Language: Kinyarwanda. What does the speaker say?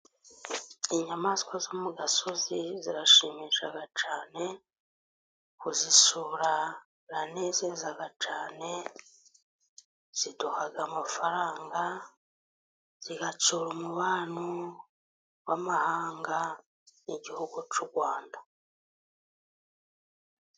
Inyamaswa zo mu gasozi zarashimisha cyane, kuzisura biranezeza cyane, ziduha amafaranga, zigatsura umubano w'amahanga n'igihugu cy'u Rwanda.